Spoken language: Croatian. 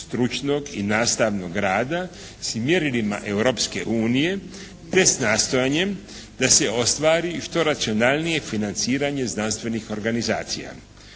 stručnog i nastavnog rada s mjerilima Europske unije te s nastojanjem da se ostvari što racionalnije financiranje znanstvenih organizacija.